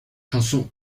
chanson